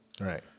Right